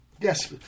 Yes